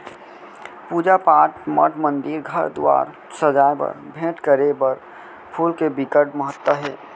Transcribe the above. पूजा पाठ, मठ मंदिर, घर दुवार सजाए बर, भेंट करे बर फूल के बिकट महत्ता हे